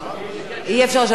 אי-אפשר לשנות את התוצאות,